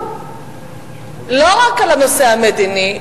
לא רק בנושא המדיני,